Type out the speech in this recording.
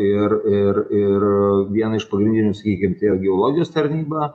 ir ir ir viena iš pagrindinių sakykim tai yra geologijos tarnyba